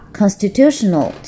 constitutional